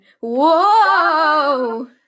Whoa